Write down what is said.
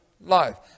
life